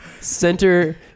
center